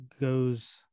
goes